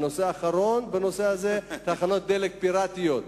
הנושא האחרון, תחנות דלק פיראטיות.